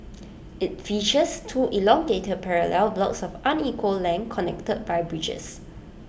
IT features two elongated parallel blocks of unequal length connected by bridges